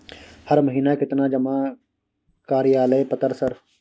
हर महीना केतना जमा कार्यालय पत्र सर?